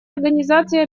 организации